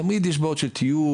תמיד יש בעיות של טיוב,